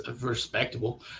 Respectable